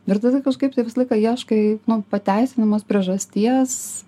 ir tada kažkaip tai visą laiką ieškai pateisinamos priežasties